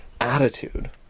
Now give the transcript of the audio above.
attitude